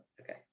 Okay